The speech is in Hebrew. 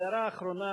והערה אחרונה,